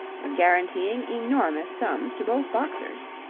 and guaranteeing enormous sums to both boxers.